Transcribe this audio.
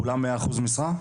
זה כולם מאה אחוז משרה?